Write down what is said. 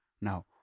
Now